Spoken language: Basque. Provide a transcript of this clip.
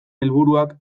helburuak